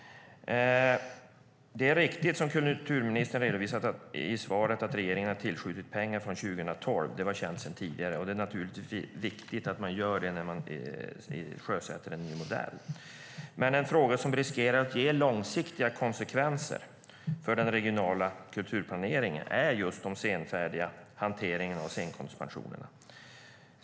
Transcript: Det är riktigt, som kulturministern redovisar i svaret, att regeringen har tillskjutit pengar från 2012. Det var känt sedan tidigare. Det är naturligtvis viktigt att man gör det när man sjösätter en ny modell. Men en fråga som riskerar att ge långsiktiga konsekvenser för den regionala kulturplaneringen är just den senfärdiga hanteringen av scenkonstpensionerna.